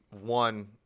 one